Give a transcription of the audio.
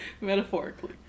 Metaphorically